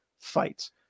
fights